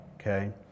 okay